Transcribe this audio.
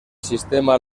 sistema